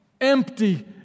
empty